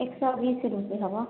एक सओ बीस रुपैए हबै